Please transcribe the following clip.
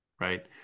Right